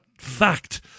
fact